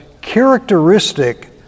characteristic